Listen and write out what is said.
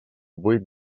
vuit